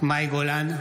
מאי גולן,